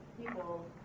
people